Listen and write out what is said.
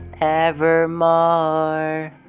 evermore